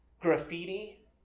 graffiti